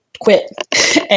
quit